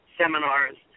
seminars